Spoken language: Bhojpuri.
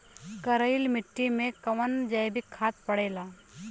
करइल मिट्टी में कवन जैविक खाद पड़ेला?